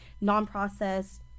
Non-processed